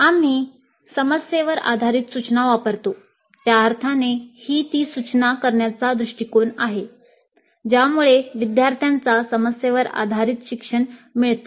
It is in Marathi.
आम्ही समस्येवर आधारित सूचना वापरतो त्या अर्थाने ही ती सूचना करण्याचा दृष्टीकोन आहे ज्यामुळे विद्यार्थ्यांच्या समस्येवर आधारित शिक्षण मिळते